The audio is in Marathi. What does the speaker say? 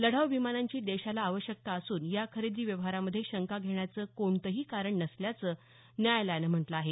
लढाऊ विमानांची देशाला आवश्यकता असून या खरेदी व्यवहारामध्ये शंका घेण्याचं कोणतंही कारण नसल्याचं न्यायालयानं म्हटलं आहे